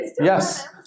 Yes